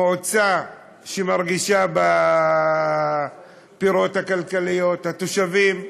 מועצה שמרגישה בפירות הכלכליים, התושבים,